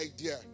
idea